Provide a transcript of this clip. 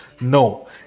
no